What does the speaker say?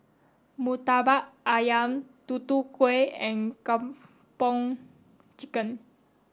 Murtabak Ayam Tutu Kueh and Kung Po Chicken